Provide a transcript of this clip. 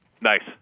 Nice